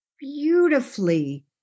beautifully